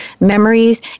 memories